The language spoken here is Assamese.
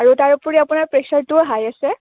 আৰু তাৰোপৰি আপোনাৰ প্ৰেচাৰটোও হাই আছে